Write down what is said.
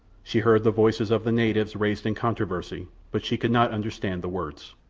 she heard the voices of the natives raised in controversy, but she could not understand the words.